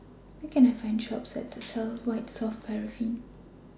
Where Can I Find A Shop that sells White Soft Paraffin